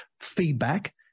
feedback